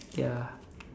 ya